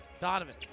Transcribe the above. Donovan